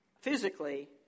Physically